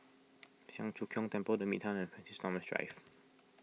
Siang Cho Keong Temple the Midtown and Francis Thomas Drive